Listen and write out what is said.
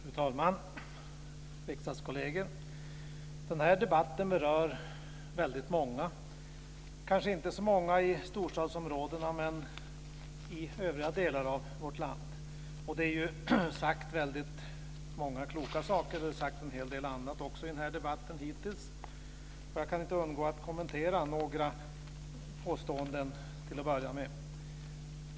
Fru talman! Riksdagskolleger! Den här debatten rör väldigt många, kanske inte så många i storstadsområdena men i övriga delar av vårt land. Det har sagts väldigt många kloka saker, och det har sagts en del annat också i den här debatten hittills. Jag kan inte undgå att kommentera några påståenden.